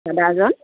দাদাজন